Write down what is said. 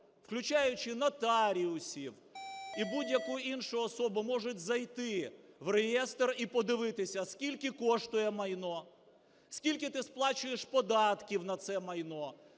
включаючи нотаріусів і будь-яку іншу особу, може зайти в реєстр і подивитися, скільки коштує майно, скільки ти сплачуєш податків на це майно?